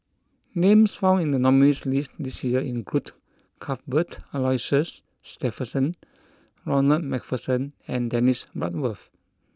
names found in the nominees' list this year include Cuthbert Aloysius Shepherdson Ronald MacPherson and Dennis Bloodworth